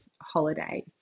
holidays